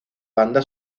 banda